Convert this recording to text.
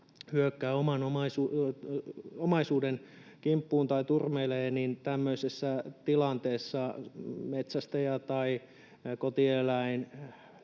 hyökkää oman omaisuuden kimppuun tai turmelee, tämmöisessä tilanteessa metsästäjä tai kotieläinten